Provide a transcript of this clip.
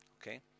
Okay